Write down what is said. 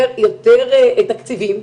יותר תקציבים.